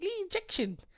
injection